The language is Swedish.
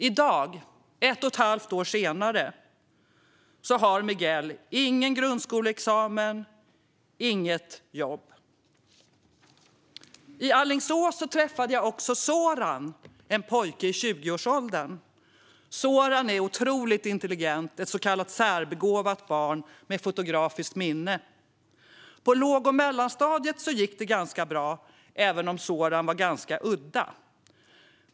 I dag, ett och ett halvt år senare, har Miguel ingen grundskoleexamen och inget jobb. I Alingsås träffade jag också Soran, en pojke i 20-årsåldern. Soran är otroligt intelligent, ett så kallat särbegåvat barn med fotografiskt minne. På låg och mellanstadiet gick det ganska bra, även om Soran var något udda.